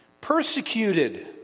Persecuted